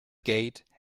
gate